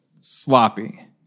sloppy